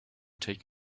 take